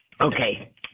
Okay